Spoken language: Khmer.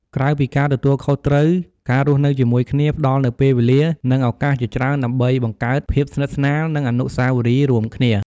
ក្រៅពីការទទួលខុសត្រូវ ការរស់នៅជាមួយគ្នាផ្ដល់នូវពេលវេលា និងឱកាសជាច្រើនដើម្បីបង្កើត ភាពស្និទ្ធស្នាល និង អនុស្សាវរីយ៍រួមគ្នា។